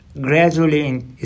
gradually